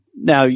Now